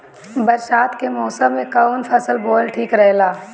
बरसात के मौसम में कउन फसल बोअल ठिक रहेला?